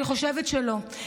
אני חושבת שלא,